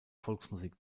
volksmusik